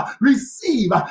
receive